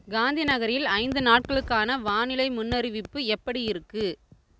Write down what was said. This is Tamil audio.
காந்தி நகரில் ஐந்து நாட்களுக்கான வானிலை முன்னறிவிப்பு எப்படி இருக்குது